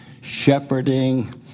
shepherding